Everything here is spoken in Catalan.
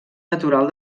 natural